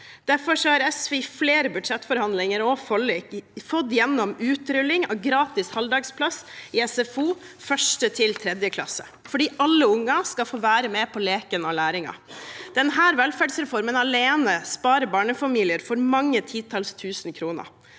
Derfor har SV i flere budsjettforhandlinger og forlik fått gjennom utrulling av gratis halvdagsplass i SFO i 1. til 3. klasse, fordi alle unger skal få være med på leken og læringen. Denne velferdsreformen alene sparer barnefamilier for mange titalls tusen kroner.